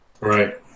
Right